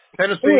Tennessee